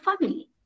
family